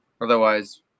Otherwise